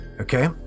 Okay